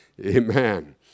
Amen